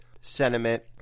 sentiment